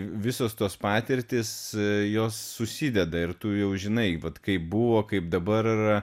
visos tos patirtys jos susideda ir tu jau žinai vat kaip buvo kaip dabar yra